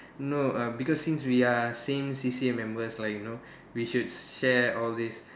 no uh because since we are same C_C_A members like you know we should share all these